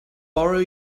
borrow